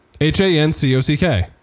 H-A-N-C-O-C-K